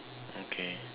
okay